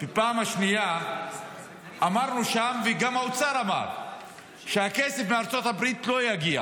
בפעם השנייה אמרנו שם וגם האוצר אמר שהכסף מארצות הברית לא יגיע,